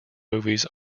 movies